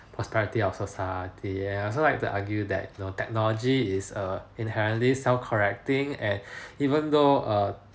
prosperity of society and I also like to argue that you know technology is a inherently self correcting and even though err